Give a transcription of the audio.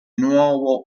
nuovo